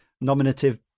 nominative